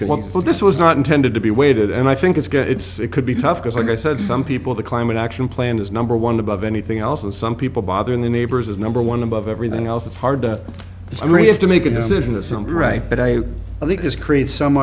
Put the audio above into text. know this was not intended to be waited and i think it's good it's it could be tough because like i said some people the climate action plan is number one above anything else and some people bothering the neighbors as number one above everything else it's hard to disagree is to make a decision is something right but i think this creates some